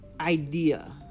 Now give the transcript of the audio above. idea